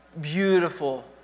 beautiful